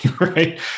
right